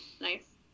Nice